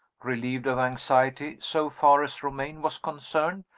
relieved of anxiety, so far as romayne was concerned,